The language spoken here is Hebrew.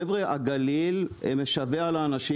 חבר'ה, הגליל משווע לאנשים.